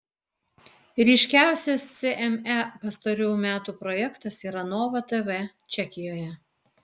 ryškiausias cme pastarųjų metų projektas yra nova tv čekijoje